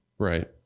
Right